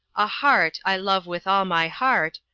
a hart i love with all my heart,